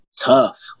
tough